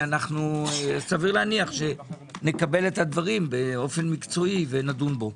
סביר שנקבל את הדברים באופן מקצועי ונדון בו.